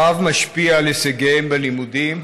הרעב משפיע על הישגיהם בלימודים